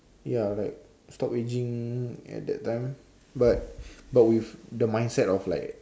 ya like stop ageing at that time but but with the mindset of like